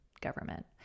government